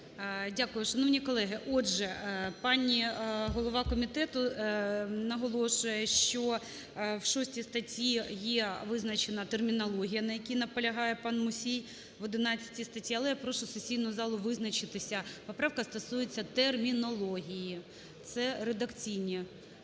Дякую. Шановні колеги! Отже, пані голова комітету наголошує, що в 6 статті є визначена термінологія, на якій наполягає пан Мусій, в 11 статті. Але я прошу сесійну залу визначитися, поправка стосується термінології, це редакційні